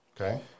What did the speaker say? Okay